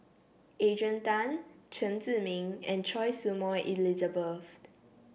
Adrian Tan Chen Zhiming and Choy Su Moi Elizabeth